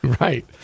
Right